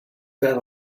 fed